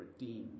redeemed